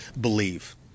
believe